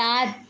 सात